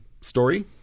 story